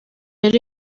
yari